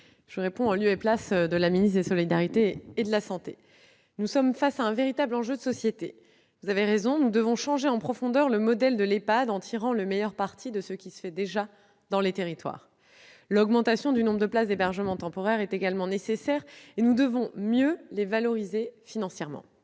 réponds en lieu et place de Mme la ministre des solidarités et de la santé. Nous sommes face à un véritable enjeu de société. Vous avez raison, nous devons changer en profondeur le modèle des EHPAD en tirant le meilleur parti de ce qui se fait déjà dans les territoires. L'augmentation du nombre de places d'hébergement temporaire est également nécessaire, et nous devons mieux les valoriser financièrement.